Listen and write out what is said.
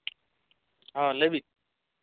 ᱦᱮᱸ ᱞᱟᱹᱭᱵᱤᱱ